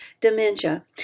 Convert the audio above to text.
dementia